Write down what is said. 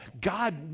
God